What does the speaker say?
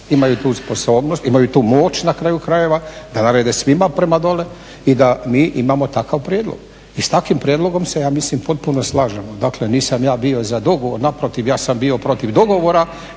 imaju tu sposobnost, imaju tu moć na kraju krajeva da narede svima prema dole i da mi imamo takav prijedlog i s takvim prijedlogom se ja mislim potpuno slažemo. Dakle nisam ja bio za dogovor, naprotiv, ja sam bio protiv dogovora